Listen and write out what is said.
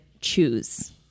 choose